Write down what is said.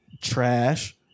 Trash